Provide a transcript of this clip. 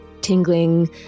tingling